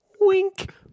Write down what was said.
wink